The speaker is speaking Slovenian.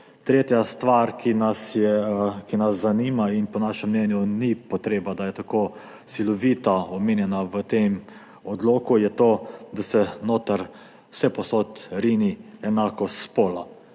Tretja stvar, ki nas zanima in po našem mnenju ni potrebe, da je tako silovito omenjena v tem odloku, je to, da se noter vsepovsod rini enakost spola.